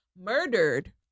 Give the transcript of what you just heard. murdered